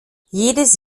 jedes